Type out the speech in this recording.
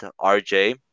rj